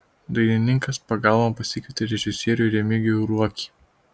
dainininkas pagalbon pasikvietė režisierių remigijų ruokį